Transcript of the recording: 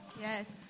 Yes